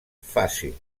fàcil